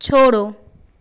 छोड़ो